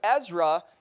Ezra